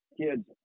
kids